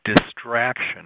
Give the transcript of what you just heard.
distraction